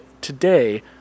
today